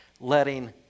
letting